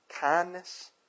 kindness